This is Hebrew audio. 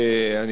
אני מסכים אתך.